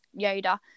Yoda